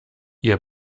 ihr